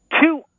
Two